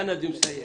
תנא דמסייע.